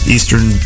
Eastern